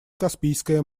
каспийское